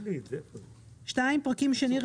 פרקים שני,